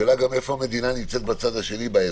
השאלה איפה המדינה נמצאת בעזרה.